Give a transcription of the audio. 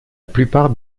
plupart